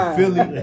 Philly